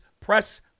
press